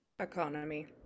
economy